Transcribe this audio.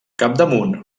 capdamunt